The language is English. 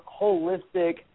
holistic